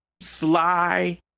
sly